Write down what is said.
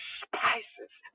spices